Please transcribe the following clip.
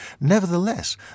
Nevertheless